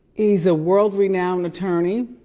he's a world renowned attorney.